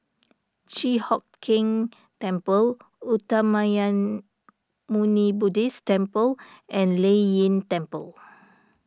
Chi Hock Keng Temple Uttamayanmuni Buddhist Temple and Lei Yin Temple